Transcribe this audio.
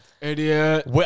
Idiot